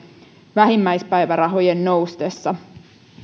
vähimmäispäivärahojen noustessa